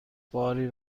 باری